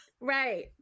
Right